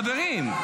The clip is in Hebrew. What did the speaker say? חברים.